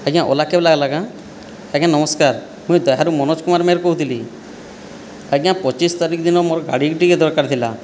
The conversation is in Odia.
ଆଜ୍ଞା ଓଲା କ୍ୟାବ୍ ଲାଗିଲା କି ଆଜ୍ଞା ନମସ୍କାର ମୁଁ ଦେହ୍ୟାରୁ ମନୋଜ କୁମାର ମେହେର କହୁଥିଲି ଆଜ୍ଞା ପଚିଶ ତାରିଖ ଦିନ ମୋର ଗାଡ଼ିକୁ ଟିକିଏ ଦରକାର ଥିଲା